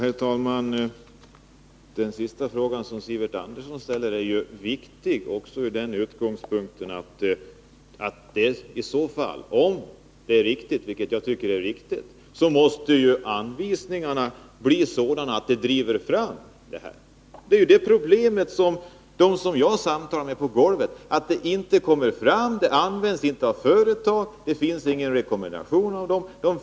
Herr talman! Den sista fråga som Sivert Andersson ställer är ju viktig ur den synpunkten att anvisningarna — om hans påstående är riktigt — måste driva fram en utveckling mot ett asbestfritt samhälle. Problemet är dock enligt dem jag samtalat med på verkstadsgolvet att anvisningarna inte följs av företag och att det inte finns några rekommendationer att följa dem.